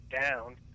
down